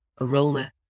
aroma